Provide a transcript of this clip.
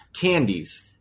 candies